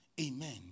Amen